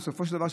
ובסופו של דבר,